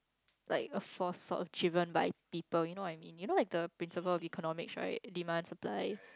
like a force sort of driven by people you know what I mean you know like the principles of economics right demand supply